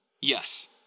Yes